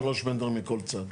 מה זה 3 מטרים מכל צד?